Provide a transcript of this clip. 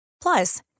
Plus